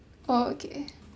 okay